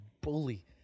bully